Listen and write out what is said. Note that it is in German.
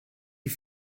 die